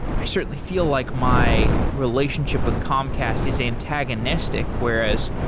i certainly feel like my relationship with comcast is antagonistic. whereas,